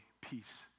peace